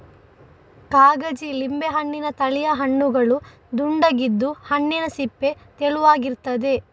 ಕಾಗಜಿ ಲಿಂಬೆ ಹಣ್ಣಿನ ತಳಿಯ ಹಣ್ಣುಗಳು ದುಂಡಗಿದ್ದು, ಹಣ್ಣಿನ ಸಿಪ್ಪೆ ತೆಳುವಾಗಿರ್ತದೆ